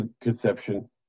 conception